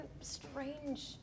strange